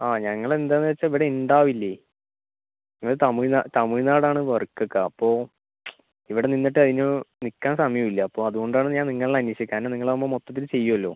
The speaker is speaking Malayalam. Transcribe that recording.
ആ ഞങ്ങളെന്താണെന്നു വച്ചാൽ ഇവിടെ ഉണ്ടാവില്ല ഞങ്ങൾ തമിഴ്നാടാണ് വർക്കൊക്കെ അപ്പോൾ ഇവിടെ നിന്നിട്ട് അതിനു നിൽക്കാൻ സമയമില്ല അപ്പോൾ അതുകൊണ്ടാണ് ഞാൻ നിങ്ങളന്നെ അന്വേഷിക്കുന്നത് കാരണം നിങ്ങളാവുമ്പോൾ മൊത്തത്തിൽ ചെയ്യുമല്ലോ